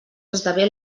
esdevé